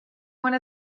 one